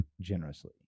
generously